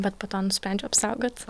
bet po to nusprendžiau apsaugot